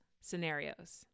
scenarios